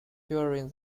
during